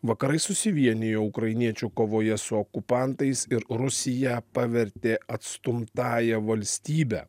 vakarai susivienijo ukrainiečių kovoje su okupantais ir rusiją pavertė atstumtąja valstybe